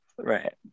Right